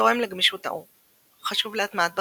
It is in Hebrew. תורם לגמישות העור, חשוב להטמעת ברזל,